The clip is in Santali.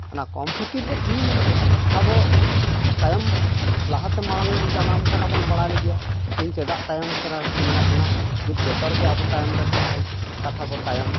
ᱚᱱᱟ ᱠᱚᱢ ᱠᱷᱟᱹᱛᱤᱨ ᱜᱮ ᱛᱤᱦᱤᱧ ᱟᱵᱚ ᱛᱟᱭᱚᱢ ᱞᱟᱦᱟᱛᱮ ᱢᱟᱲᱟᱝ ᱵᱚ ᱡᱟᱱᱟᱢ ᱟᱠᱟᱱᱟ ᱵᱟᱲᱟᱭ ᱜᱮᱭᱟ ᱛᱤᱦᱤᱧ ᱪᱮᱫᱟᱜ ᱛᱟᱭᱚᱢ ᱠᱟᱱᱟ ᱢᱮᱱᱟᱜ ᱵᱚᱱᱟ ᱱᱤᱛ ᱡᱚᱛᱚ ᱨᱮᱜᱮ ᱟᱵᱚ ᱛᱟᱭᱚᱢ ᱨᱮ ᱛᱟᱦᱮᱱᱵᱚᱱ ᱠᱟᱛᱷᱟ ᱵᱚ ᱛᱟᱭᱚᱢ